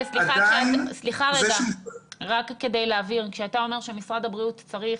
רק כדי להבהיר, כשאתה אומר שמשרד הבריאות צריך